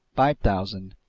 five thousand,